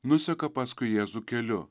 nuseka paskui jėzų keliu